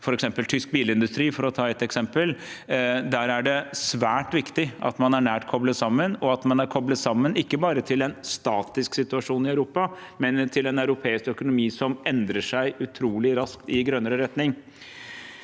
i f.eks. tysk bilindustri, for å ta ett eksempel – at man er nært koblet sammen, og at man er koblet sammen ikke bare til en statisk situasjon i Europa, men til en europeisk økonomi som endrer seg utrolig raskt i grønnere retning.